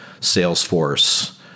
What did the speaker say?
Salesforce